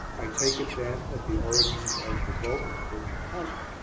i take it, then, that the origins of the bowmen were composite.